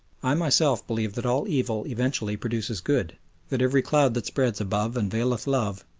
i myself believe that all evil eventually produces good that every cloud that spreads above and veileth love,